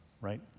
right